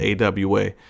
AWA